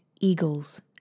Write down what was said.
eagles